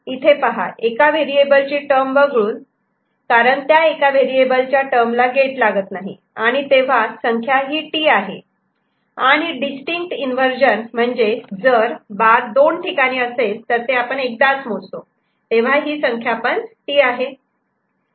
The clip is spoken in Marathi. इथे पहा एका व्हेरिएबल ची टर्म वगळून कारण त्या एका वेरिएबल च्या टर्मला गेट लागत नाही आणि तेव्हा संख्या हि 'T' आहे आणि डिस्टिंक्ट इन्वर्जन म्हणजे जर बार दोन ठिकाणी असेल तर ते आपण एकदाच मोजतो तेव्हा ही संख्या पण 'T' आहे